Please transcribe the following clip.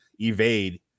evade